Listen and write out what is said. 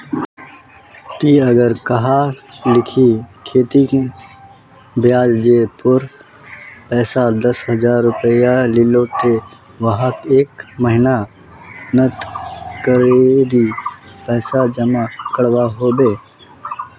ती अगर कहारो लिकी से खेती ब्याज जेर पोर पैसा दस हजार रुपया लिलो ते वाहक एक महीना नात कतेरी पैसा जमा करवा होबे बे?